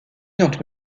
entre